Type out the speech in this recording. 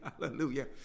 hallelujah